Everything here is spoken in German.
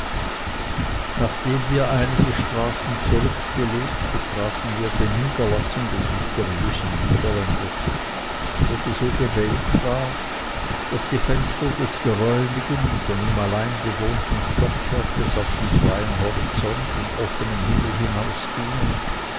nachdem wir einige straßen zurückgelegt betraten wir die niederlassung des mysteriösen niederländers welche so gewählt war daß die fenster des geräumigen von ihm allein bewohnten stockwerkes auf den freien horizont und offenen himmel